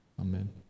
Amen